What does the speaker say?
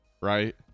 right